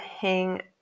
hang